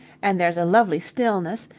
and there's a lovely stillness,